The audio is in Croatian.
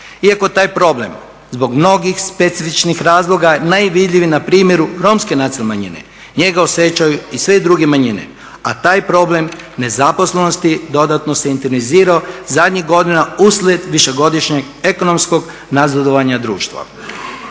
Iako taj problem zbog mnogih specifičnih razloga najvidljiviji je na primjeru Romske nacionalne manjine njega osjećaju i sve druge manjine, a taj problem nezaposlenosti dodatno se intenzivirao zadnjih godina uslijed višegodišnjeg ekonomskog nazadovanja društva.